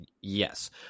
yes